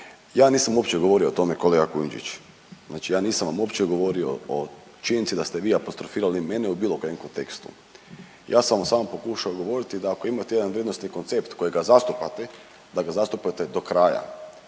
ja nisam uopće govorio o tome kolega Kujundžić, znači ja nisam vam uopće govorio o činjenici da ste vi apostrofirali mene u bilo kojem kontekstu. Ja sam vam samo pokušao govoriti da ako imate jedan vrijednosni koncept kojega zastupate, da ga zastupate do kraja